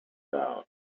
down